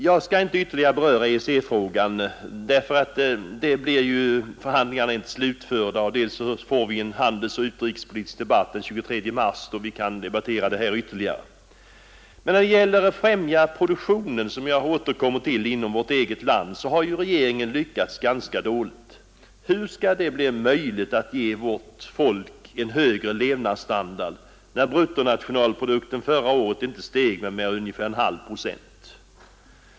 Jag skall inte ytterligare beröra EEC-frågan nu dels därför att förhandlingarna inte är slutförda, dels därför att vi får en handelsoch utrikespolitisk debatt den 23 mars, då vi kan debattera denna fråga ytterligare. När det gäller att främja produktionen inom vårt eget land har regeringen lyckats ganska dåligt. Hur skall det bli möjligt att ge vårt folk en högre levnadsstandard, när bruttonationalprodukten förra året inte steg med mer än ungefär en halv procent?